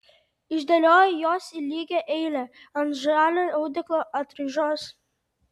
išdėliojo juos į lygią eilę ant žalio audeklo atraižos